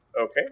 Okay